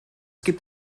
gibt